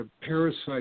parasite